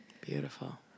Beautiful